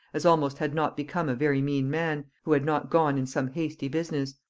as almost had not become a very mean man, who had not gone in some hasty business.